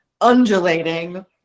undulating